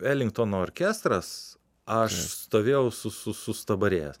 elingtono orkestras aš stovėjau su su su sustabarėjęs